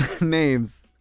names